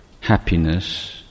happiness